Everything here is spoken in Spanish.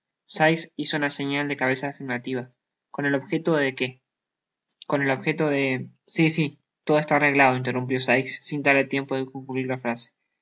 sikes hizo una señal de cabeza afirmativa conel objeto de si si todo está arreglado interrumpió sikes sin darle tiempo de concluir la frase no